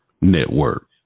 Network